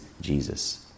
Jesus